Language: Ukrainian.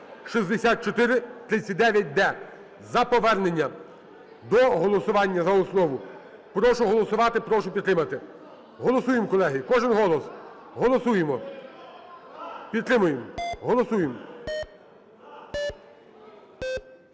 (6439-д) за повернення до голосування за основу. Прошу голосувати, прошу підтримати. Голосуємо, колеги, кожен голос. Голосуємо. Підтримуємо. Голосуємо.